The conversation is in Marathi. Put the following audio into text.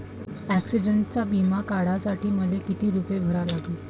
ॲक्सिडंटचा बिमा काढा साठी मले किती रूपे भरा लागन?